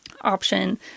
option